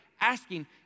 asking